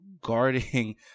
guarding